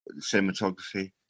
cinematography